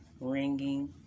ringing